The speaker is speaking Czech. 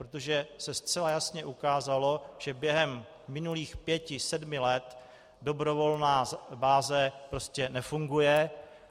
Protože se zcela jasně ukázalo, že během minulých pěti, sedmi let dobrovolná báze prostě nefunguje.